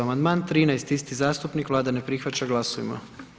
Amandman 13, isti zastupnik, Vlada ne prihvaća, glasujmo.